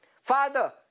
Father